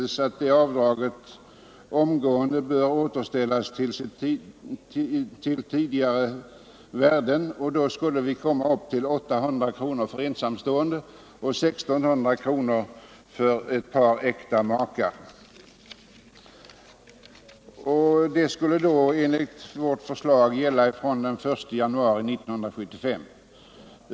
Vi anser sålunda att avdragen omgående bör återställas till tidigare värden, och då skulle vi komma upp till 800 kronor för ensamstående och 1600 kronor för äkta makar. Denna regel skulle enligt vårt förslag gälla från den 1 januari 1975.